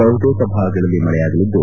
ಬಹುತೇಕ ಭಾಗಗಳಲ್ಲಿ ಮಳೆಯಾಗಲಿದ್ದು